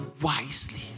wisely